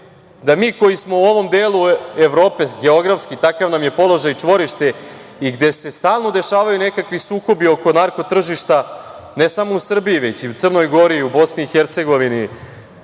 da mi koji smo u ovom delu Evrope, geografski, takav nam je položaj, čvorište i gde se stalno dešavaju nekakvi sukobi oko narko tržišta, ne samo u Srbiji, već i u BiH, severnoj Makedoniji,